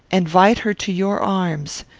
invite her to your arms.